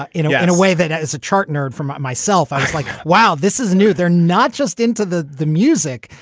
ah you know, in and a way that is a chart nerd from myself. i was like, wow, this is new. they're not just into the the music.